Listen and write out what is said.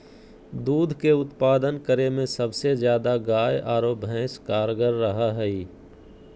दूध के उत्पादन करे में सबसे ज्यादा गाय आरो भैंस कारगार रहा हइ